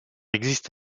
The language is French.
existe